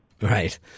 Right